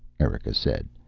erika said.